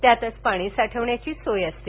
त्यातच पाणी साठवण्याची सोय असते